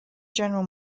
general